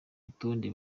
rutonde